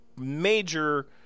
major